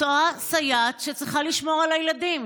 אותה סייעת שצריכה לשמור על הילדים.